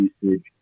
usage